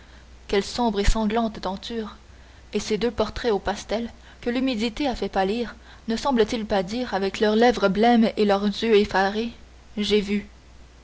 quelle sombre et sanglante tenture et ces deux portraits au pastel que l'humidité a fait pâlir ne semblent-ils pas dire avec leurs lèvres blêmes et leurs yeux effarés j'ai vu